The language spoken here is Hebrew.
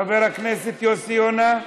חבר הכנסת יוסי יונה,